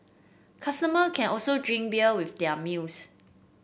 customer can also drink beer with their meals